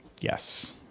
Yes